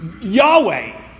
Yahweh